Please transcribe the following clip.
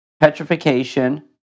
petrification